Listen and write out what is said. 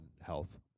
health